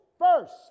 first